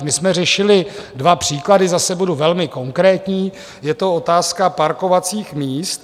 My jsme řešili dva příklady, zase budu velmi konkrétní, je to otázka parkovacích míst.